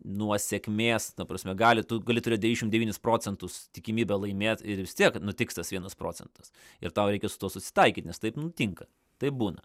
nuo sėkmės ta prasme gali tu gali turėt devyniasdešim devynis procentus tikimybę laimėt ir vis tiek nutiks tas vienas procentas ir tau reikia su tuo susitaikyt nes taip nutinka taip būna